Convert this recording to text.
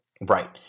Right